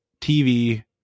TV